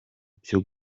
byo